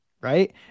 right